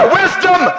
wisdom